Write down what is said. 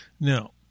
Now